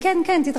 תתרכז בי,